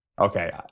Okay